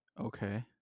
Okay